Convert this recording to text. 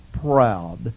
proud